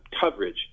coverage